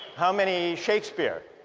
how many shakespeare?